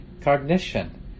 cognition